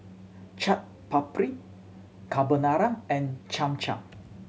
Chaat Papri Carbonara and Cham Cham